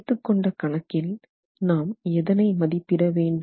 எடுத்துக்கொண்ட கணக்கில் நாம் எதனை மதிப்பிடவேண்டும்